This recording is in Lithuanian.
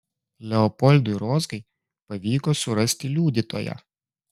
leopoldui rozgai pavyko surasti liudytoją